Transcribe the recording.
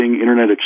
Internet